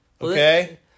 Okay